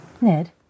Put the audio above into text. Ned